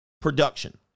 production